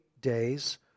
days